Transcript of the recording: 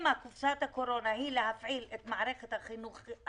אם קופסת הקורונה היא להפעיל את מערכת החינוך,